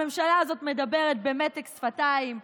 הממשלה הזו מדברת במתק שפתיים,